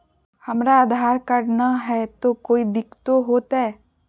हमरा आधार कार्ड न हय, तो कोइ दिकतो हो तय?